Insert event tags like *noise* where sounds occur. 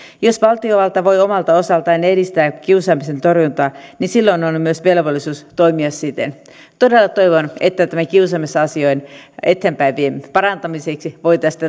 jos valtiovalta voi omalta osaltaan edistää kiusaamisen torjuntaa niin silloin on myös velvollisuus toimia siten todella toivon että kiusaamisasioiden parantamiseksi voitaisiin *unintelligible*